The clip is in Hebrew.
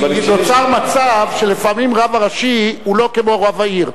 כי נוצר מצב שלפעמים הרב הראשי הוא לא כמו רב העיר,